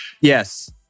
Yes